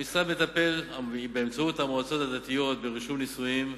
המשרד מטפל באמצעות המועצות הדתיות ברישום נישואין,